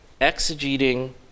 exegeting